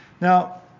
Now